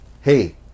hey